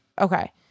Okay